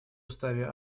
уставе